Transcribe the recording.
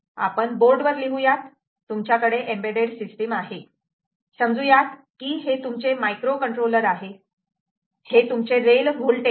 आपण बोर्ड वर लिहू यात तुमच्याकडे एम्बेड्डेड सिस्टीम आहे समजू यात की हे तुमचे मायक्रो कंट्रोलर आहे हे तुमचे रेल होल्टेज 3